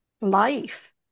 life